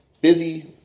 busy